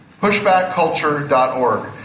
Pushbackculture.org